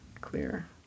clear